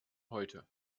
heute